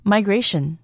Migration